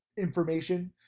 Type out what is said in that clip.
information,